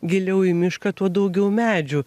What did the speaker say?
giliau į mišką tuo daugiau medžių